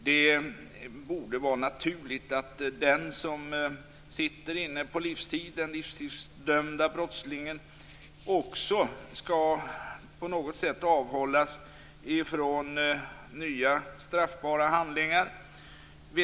Det borde vara naturligt att också den livstidsdömda brottslingen på något sätt skall avhållas från nya straffbara handlingar.